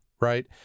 right